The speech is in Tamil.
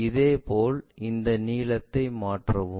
இதேபோல் அந்த நீளத்தை மாற்றவும்